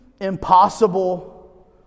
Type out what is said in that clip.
impossible